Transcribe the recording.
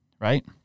right